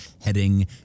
heading